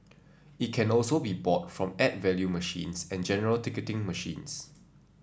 it can also be bought from add value machines and general ticketing machines